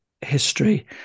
history